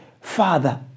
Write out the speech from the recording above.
father